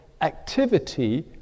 activity